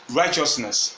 righteousness